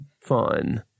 fine